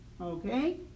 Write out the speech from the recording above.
okay